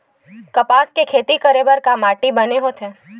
कपास के खेती करे बर का माटी बने होथे?